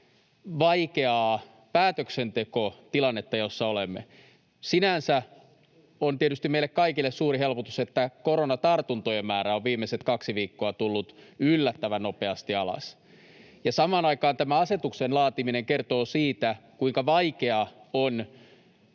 vaikeaa päätöksentekotilannetta, jossa olemme. Sinänsä on tietysti meille kaikille suuri helpotus, että koronatartuntojen määrä on viimeiset kaksi viikkoa tullut yllättävän nopeasti alas, ja samaan aikaan tämä asetuksen laatiminen kertoo siitä, kuinka vaikea on